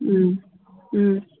ꯎꯝ ꯎꯝ